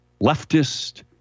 leftist